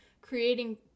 creating